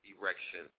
Erection